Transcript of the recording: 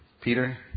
Peter